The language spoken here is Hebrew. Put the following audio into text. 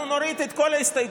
אנחנו נוריד את כל ההסתייגויות,